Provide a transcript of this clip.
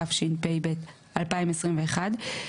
התשפ"ב-2021,